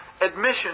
admission